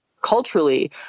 culturally